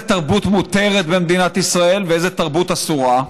תרבות מותרת במדינת ישראל ואיזו תרבות אסורה.